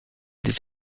des